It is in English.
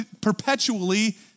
perpetually